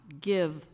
give